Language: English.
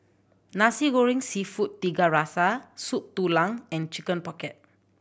Nasi Goreng Seafood Tiga Rasa Soup Tulang and Chicken Pocket